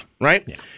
right